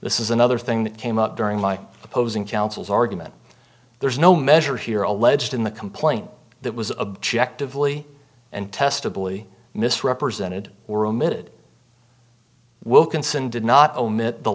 this is another thing that came up during my opposing counsel's argument there's no measure here alleged in the complaint that was objective lee and testability misrepresented were omitted wilkinson did not omit the